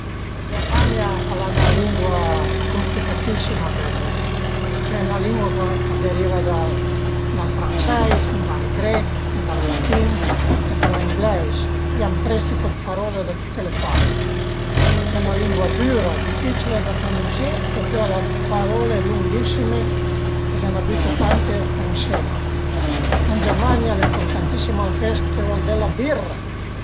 Sarìu propi niente brau a fe ël mecanich, dë mecanica e d'eletronica e d'eletricità s'na machin-a në capisu propi niente e cuindi savrìu pa da che part ëncamineme e alura s'a ie cuai prublema vadu dal mecanich e i dizu guarda püra ti perché mi n'a capisu niente